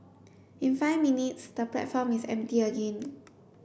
in five minutes the platform is empty again